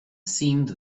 seemed